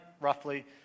roughly